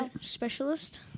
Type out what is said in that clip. specialist